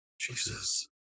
Jesus